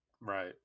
Right